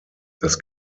das